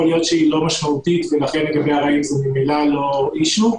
יכול להיות שהיא לא משמעותית ולכן לגבי ארעים זה בכלל לא אישיו,